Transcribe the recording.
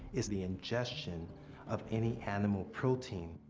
it's the ingestion of any animal protein.